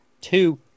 Two